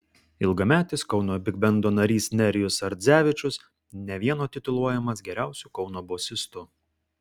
ilgametis kauno bigbendo narys nerijus ardzevičius ne vieno tituluojamas geriausiu kauno bosistu